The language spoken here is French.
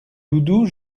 doudou